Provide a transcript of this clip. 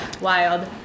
wild